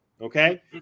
okay